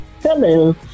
Hello